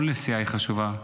כל נסיעה היא חשובה,